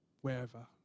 wherever